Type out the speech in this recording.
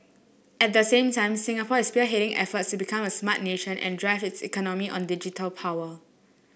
at the same time Singapore is spearheading efforts to become a Smart Nation and drive its economy on digital power